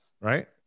Right